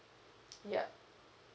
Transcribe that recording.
yup